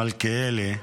מלכיאלי,